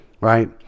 Right